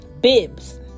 bibs